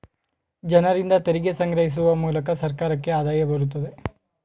ಜನರಿಂದ ತೆರಿಗೆ ಸಂಗ್ರಹಿಸುವ ಮೂಲಕ ಸರ್ಕಾರಕ್ಕೆ ಆದಾಯ ಬರುತ್ತದೆ